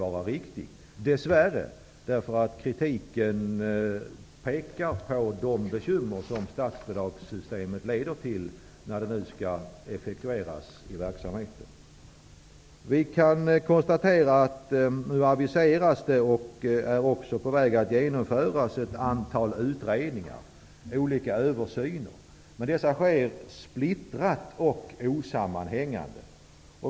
Jag säger dess värre, eftersom kritiken pekar på de bekymmer som statsbidragssystemet leder till när det skall effektueras i verksamheten. Vi kan konstatera att det nu aviseras, och också är på väg att genomföras, ett antal utredningar och olika översyner. Dessa sker splittrat och osammanhängande.